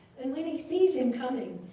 and when he sees him coming,